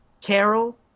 Carol